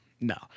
no